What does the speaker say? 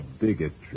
bigotry